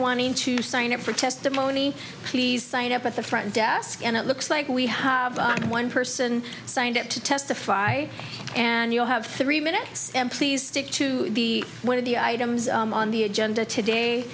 wanting to sign up for testimony please sign up at the front desk and it looks like we have one person signed up to testify and you have three minutes and please stick to the one of the items on the genda today